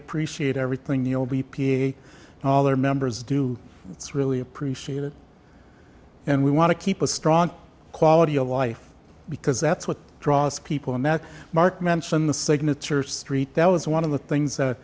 appreciate everything your b p a all their members do it's really appreciated and we want to keep a strong quality of life because that's what draws people in that mark mentioned the signature street that was one of the things that